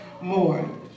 more